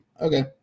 okay